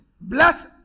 bless